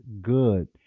good